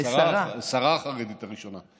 את השרה החרדית הראשונה,